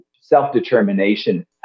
self-determination